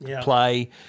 play